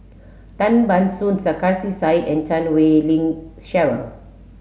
Tan Ban Soon Sarkarsi Said and Chan Wei Ling Cheryl